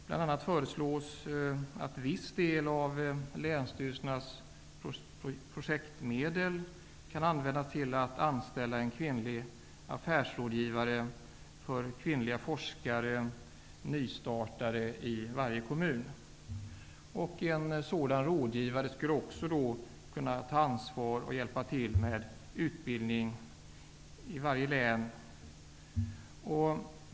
Bl.a. sägs det att en viss del av länsstyrelsernas projektmedel kan användas till att anställa en kvinnlig affärsrådgivare för kvinnliga forskare och nystartare i varje kommun. En sådan rådgivare skulle också kunna ta ansvar för och hjälpa till med utbildning i varje län.